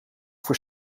voor